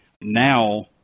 Now